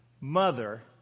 mother